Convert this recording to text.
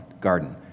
garden